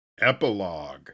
Epilogue